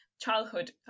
childhood